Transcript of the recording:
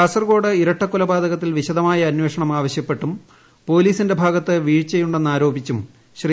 കാസർകോട് ഇരട്ടക്കൊലപാതകത്തിൽ വിശദമായ അന്വേഷണം ആവശ്യപ്പെട്ടും പോലീസിന്റെ ഭാഗത്ത് വീഴ്ചയുണ്ടെന്ന് ആരോപിച്ചും ശ്രീ